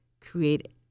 create